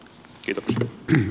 arvoisa puhemies